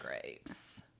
grapes